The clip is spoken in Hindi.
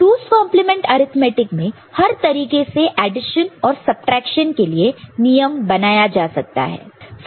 2's complement arithmetic 2's complement arithmetic में हर तरीके के ऑडिशन और सबट्रैक्शन के लिए नियम बनाया जा सकता है